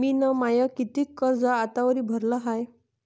मिन माय कितीक कर्ज आतावरी भरलं हाय?